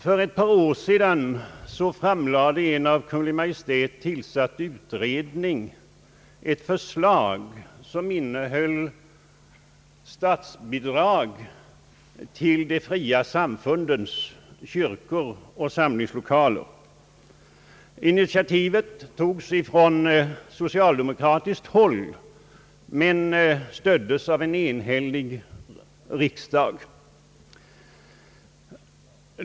För ett par år sedan framlade en av Kungl. Maj:t tillsatt utredning ett förslag, som innebar statsbidrag till de fria samfundens kyrkor och samlingslokaler. Initiativet togs av socialdemokraterna, men det stöddes av en enhällig riksdag.